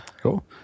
cool